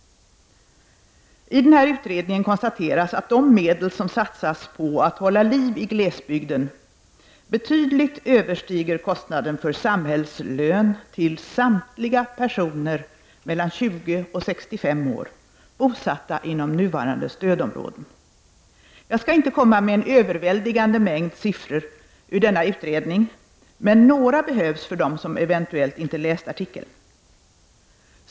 I utredningen konstateras att de medel som satsas på att hålla liv i glesbygden betydligt överstiger kostnaden för samhällslön till samtliga personer mellan 20 och 65 år, bosatta inom nuvarande stödområden. Jag skall inte komma med en överväldigande mängd siffror ur denna utredning, men några behövs för dem som eventuellt inte läst artikeln.